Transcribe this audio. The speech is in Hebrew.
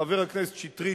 חבר הכנסת שטרית,